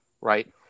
Right